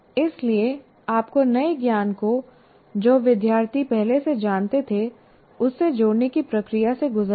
इसलिए आपको नए ज्ञान को जो विद्यार्थी पहले से जानते थे उससे जोड़ने की प्रक्रिया से गुजरना होगा